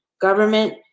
government